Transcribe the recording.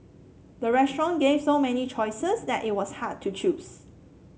the restaurant gave so many choices that it was hard to choose